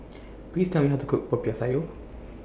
Please Tell Me How to Cook Popiah Sayur